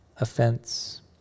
offense